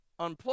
unplug